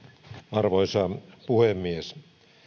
arvoisa puhemies